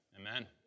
amen